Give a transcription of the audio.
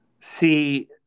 See